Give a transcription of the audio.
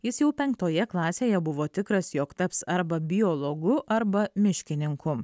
jis jau penktoje klasėje buvo tikras jog taps arba biologu arba miškininku